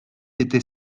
était